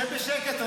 שב בשקט,